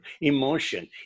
emotion